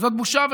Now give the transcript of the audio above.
זו בושה וחרפה.